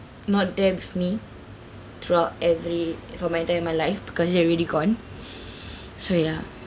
not there with me throughout every for my day and my life because he already gone so ya